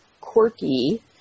quirky